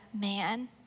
man